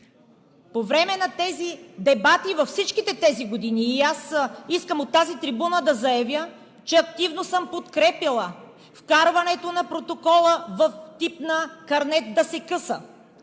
по време на тези дебати във всички тези години и аз искам от тази трибуна да заявя, че активно съм подкрепяла вкарването на протокола в тип на карнет – да се къса,